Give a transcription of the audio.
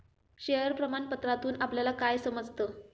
Share प्रमाण पत्रातून आपल्याला काय समजतं?